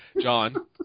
John